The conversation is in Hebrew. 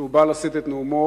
כשהוא בא לשאת את נאומו